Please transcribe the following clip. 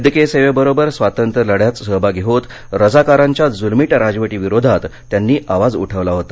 वैद्यकीय सेवेबरोबर स्वातंत्र्य लढ़यात सहभागी होत रजाकारांच्या जुलमी राजवटी विरोधात त्यांनी आवाज उठवला होता